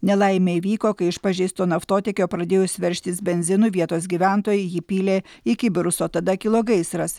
nelaimė įvyko kai iš pažeisto naftotiekio pradėjus veržtis benzinui vietos gyventojai jį pylė į kibirus o tada kilo gaisras